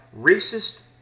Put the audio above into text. racist